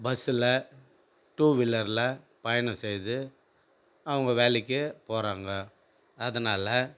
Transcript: பஸ்ஸில் டூ வீலரில் பயணம் செய்து அவங்க வேலைக்கு போகிறாங்க அதனாலே